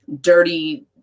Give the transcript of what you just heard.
dirty